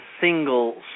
single